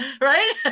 right